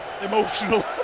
emotional